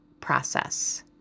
process